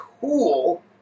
cool